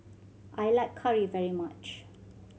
I like curry very much